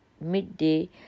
midday